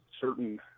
certain